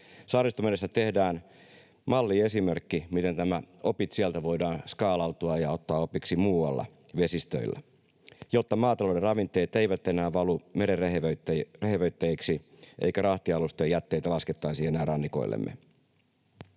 Saaristomerestä tehdään malliesimerkki, miten opit sieltä voidaan skaalata ja miten niistä voidaan ottaa opiksi muilla vesistöillä, jotta maatalouden ravinteet eivät enää valu meren rehevöittäjiksi eikä rahtialusten jätteitä laskettaisi enää rannikoillemme.